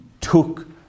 took